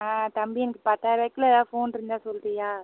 ஆ தம்பி எனக்கு பத்தாயிருவாய்க்குள்ளே எதாவது ஃபோன் இருந்தால் சொல்லுறியா